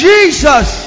Jesus